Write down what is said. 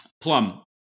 Plum